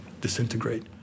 disintegrate